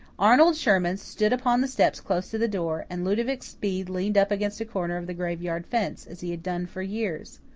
arnold sherman stood upon the steps close to the door, and ludovic speed leaned up against a corner of the graveyard fence, as he had done for years.